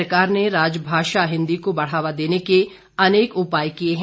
सरकार ने राजभाषा हिंदी को बढ़ावा देने के अनेक उपाय किये हैं